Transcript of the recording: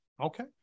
okay